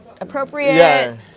appropriate